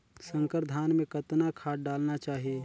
संकर धान मे कतना खाद डालना चाही?